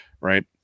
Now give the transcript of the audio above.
right